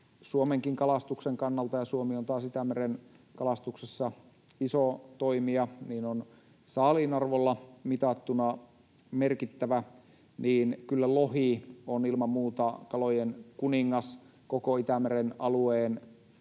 Suomenkin kalastuksen kannalta — ja Suomi on taas Itämeren kalastuksessa iso toimija — saaliin arvolla mitattuna merkittävä, niin kyllä lohi on ilman muuta kalojen kuningas koko Itämeren alueen